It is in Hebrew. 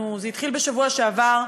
זה התחיל בשבוע שעבר,